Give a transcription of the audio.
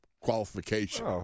qualification